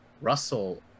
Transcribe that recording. Russell